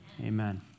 Amen